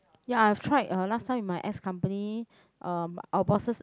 ya I've tried last time with my ex company um our bosses